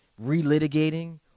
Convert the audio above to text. relitigating